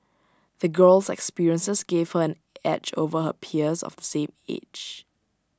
the girl's experiences gave her an edge over her peers of the same age